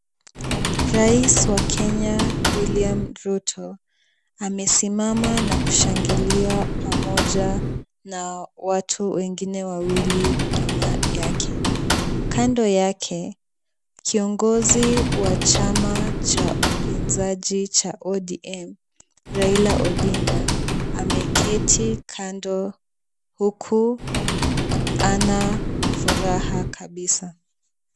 Rais wa Kenya William Ruto amesimama na kushangilia pamoja na watu wengine wawili nyuma yake ,kando yake kiongozi wa chama cha upinzaji cha ODM Raila Odinga ameketi kando huku hana furaha kabisa .